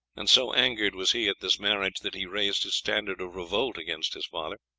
and so angered was he at this marriage that he raised his standard of revolt against his father.